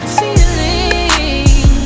feeling